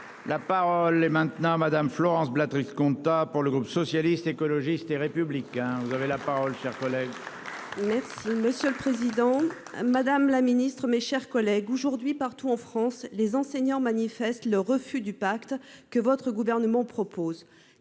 Là. Parole est maintenant madame Florence Béatrice compta pour le groupe socialiste, écologiste et républicain. Vous avez la parole. Chers collègues. Merci monsieur le président. Madame la Ministre, mes chers collègues, aujourd'hui partout en France, les enseignants manifestent le refus du pacte que votre gouvernement propose